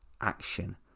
action